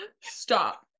stop